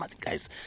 guys